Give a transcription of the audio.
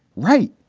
right.